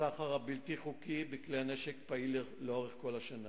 הסחר הבלתי חוקי בכלי נשק פעיל לאורך כל השנה.